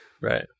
Right